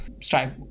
Stripe